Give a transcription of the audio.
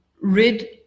rid